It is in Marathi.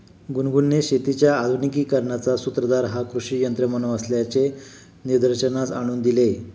गुनगुनने शेतीच्या आधुनिकीकरणाचा सूत्रधार हा कृषी यंत्रमानव असल्याचे निदर्शनास आणून दिले